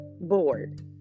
bored